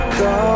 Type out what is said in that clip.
go